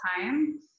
time